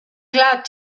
glad